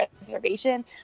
reservation